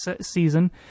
season